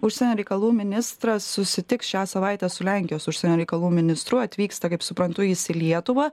užsienio reikalų ministras susitiks šią savaitę su lenkijos užsienio reikalų ministru atvyksta kaip suprantu jis į lietuvą